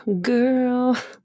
girl